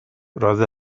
roedd